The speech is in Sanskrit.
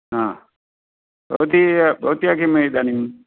आ भवती भवत्याः किम् इदानीम्